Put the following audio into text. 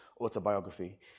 autobiography